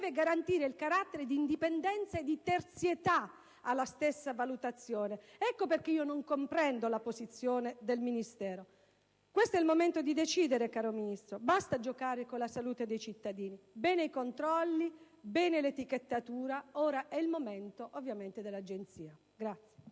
deve garantire il carattere di terzietà alla stessa valutazione. Ecco perché non comprendo la posizione del Ministero. Questo è il momento di decidere, caro Ministro. Basta giocare con la salute dei cittadini. Bene i controlli e bene l'etichettatura. Ora è il momento dell'Agenzia.